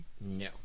No